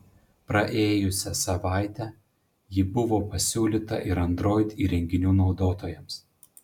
praėjusią savaitę ji buvo pasiūlyta ir android įrenginių naudotojams